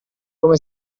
come